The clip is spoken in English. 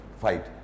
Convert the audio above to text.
fight